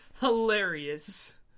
hilarious